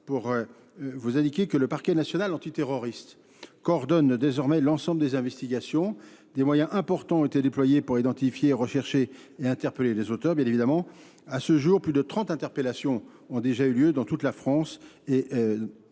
pour vous indiquer que le Parquet national antiterroriste coordonne désormais l'ensemble des investigations. Des moyens importants ont été déployés pour identifier, rechercher et interpeller les auteurs, bien évidemment. À ce jour, plus de 30 interpellations ont déjà eu lieu dans toute la France et